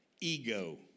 Ego